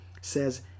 says